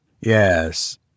Yes